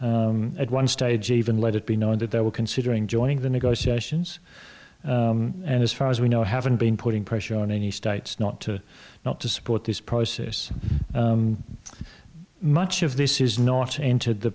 conciliatory at one stage even let it be known that they were considering joining the negotiations and as far as we know haven't been putting pressure on any states not to not to support this process much of this is not entered the